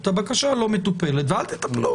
הבקשה לא מטופלת ואל תטפלו.